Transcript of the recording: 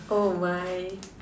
oh my